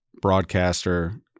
broadcaster